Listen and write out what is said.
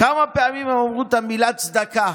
כמה פעמים הם אמרו את המילה "צדקה"?